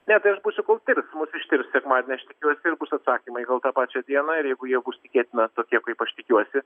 ne tai aš būsiu kol tirs mus ištirs sekmadienį aš tikiuosi ir bus atsakymai gal tą pačią dieną ir jeigu jie bus tikėtina tokie kaip aš tikiuosi